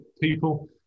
people